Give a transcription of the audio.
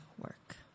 work